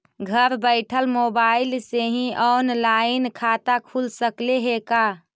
घर बैठल मोबाईल से ही औनलाइन खाता खुल सकले हे का?